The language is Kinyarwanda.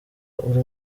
uri